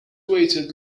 waited